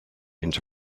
into